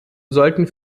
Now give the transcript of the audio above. sollten